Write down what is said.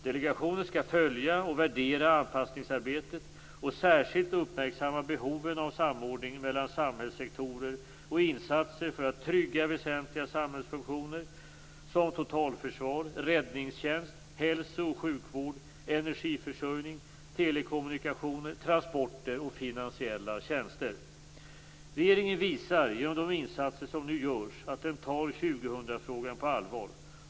Delegationen skall följa och värdera anpassningsarbetet och särskilt uppmärksamma behoven av samordning mellan samhällssektorer och insatser för att trygga väsentliga samhällsfunktioner såsom totalförsvar, räddningstjänst, hälso och sjukvård, energiförsörjning, telekommunikationer, transporter och finansiella tjänster. Regeringen visar genom de insatser som nu görs att den tar 2000-frågan på allvar.